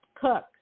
cook